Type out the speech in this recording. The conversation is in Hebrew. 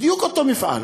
בדיוק אותו מפעל,